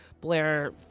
Blair